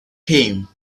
came